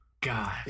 God